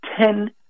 ten